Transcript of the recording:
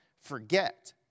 forget